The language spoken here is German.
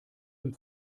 dem